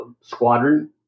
squadron